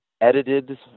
edited